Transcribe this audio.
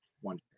one